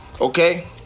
okay